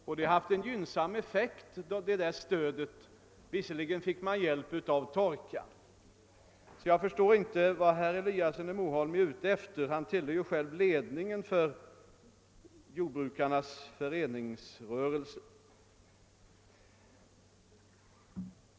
Stödet har haft en gynnsam effekt även om torkan hjälpte till. Jag förstår inte vart herr Eliasson i Moholm vill komma härvidlag; han tillhör ju själv ledningen för jordbrukarnas föreningsrörelse.